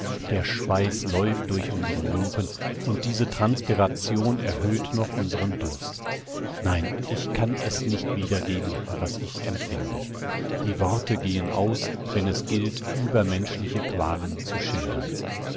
der schweiß läuft durch unsere lumpen und diese transpiration erhöht noch unseren durst nein ich kann es nicht wiedergeben was ich empfinde die worte gehen aus wenn es gilt übermenschliche qualen zu schildern